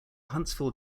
huntsville